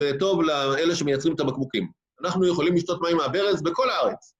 זה טוב לאלה שמייצרים את הבקבוקים. אנחנו יכולים לשתות מים מהברז בכל הארץ.